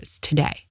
today